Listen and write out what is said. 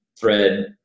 thread